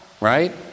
Right